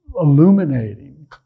illuminating